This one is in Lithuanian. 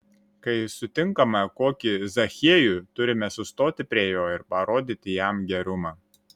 kai sutinkame kokį zachiejų turime sustoti prie jo ir parodyti jam gerumą